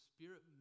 Spirit